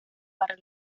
para